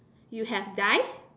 you have died